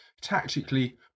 tactically